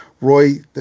Roy